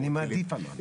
אני מעדיף אלון.